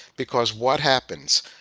because what happens,